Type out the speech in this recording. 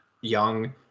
young